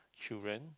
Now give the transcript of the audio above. children